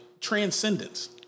Transcendence